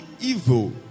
evil